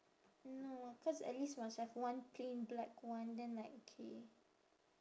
no cause at least must have one plain black one then like okay